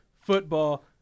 football